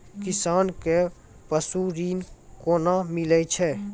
किसान कऽ पसु ऋण कोना मिलै छै?